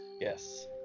Yes